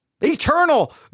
eternal